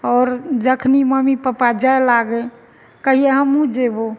आओर जखनी mummy papa जाय लागै कहियो हमहुँ जेबौ